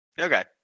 Okay